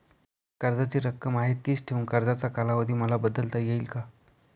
कर्जाची रक्कम आहे तिच ठेवून कर्जाचा कालावधी मला बदलता येईल का?